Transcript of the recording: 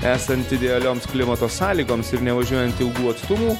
esant idealioms klimato sąlygoms ir nevažiuojant ilgų atstumų